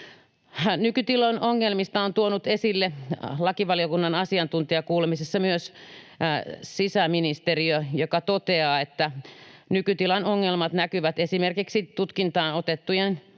Nykytilan ongelmia on tuonut esille lakivaliokunnan asiantuntijakuulemisissa myös sisäministeriö, joka toteaa, että nykytilan ongelmat näkyvät esimerkiksi tutkintaan otettujen